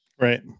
right